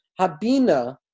Habina